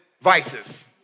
vices